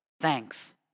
Thanks